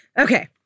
Okay